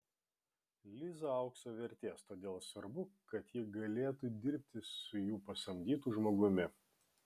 liza aukso vertės todėl svarbu kad ji galėtų dirbti su jų pasamdytu žmogumi